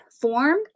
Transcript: form